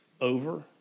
over